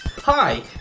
Hi